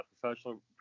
professional